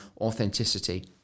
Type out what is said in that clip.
authenticity